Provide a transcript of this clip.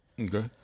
Okay